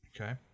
Okay